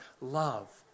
love